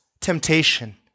temptation